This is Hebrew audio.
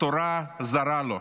התורה זרה לו,